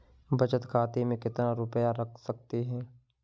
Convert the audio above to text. बचत खाते में कितना रुपया रख सकते हैं?